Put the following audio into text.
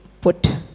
put